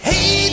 Hey